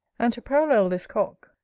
and to parallel this cock,